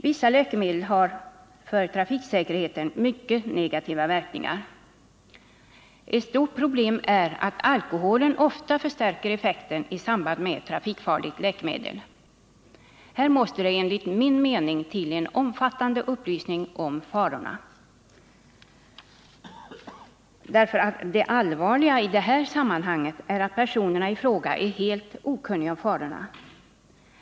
Vissa läkemedel har för trafiksäkerheten mycket negativa verkningar. Ett stort problem är att alkohol ofta förstärker effekten i samband med ett trafikfarligt läkemedel. Här måste det enligt min mening till en omfattande upplysning om riskerna, för det allvarliga i det här sammanhanget är att personerna i fråga är helt okunniga om farorna.